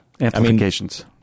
Amplifications